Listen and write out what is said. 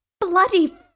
Bloody